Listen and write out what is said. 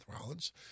Rollins